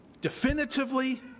definitively